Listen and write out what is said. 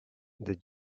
the